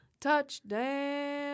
Touchdown